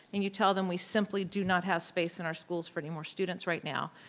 and you tell them we simply do not have space in our schools for any more students right now.